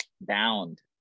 bound